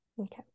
Okay